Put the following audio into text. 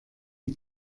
die